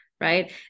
right